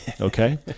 Okay